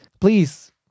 please